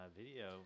video